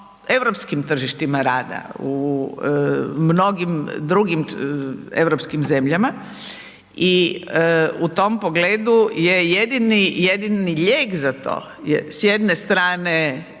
europskim tržištima rada u mnogim drugim europskih zemljama i u tom pogledu je jedini lijek za to je, s jedne strane